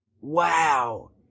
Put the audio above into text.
Wow